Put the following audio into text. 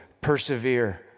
persevere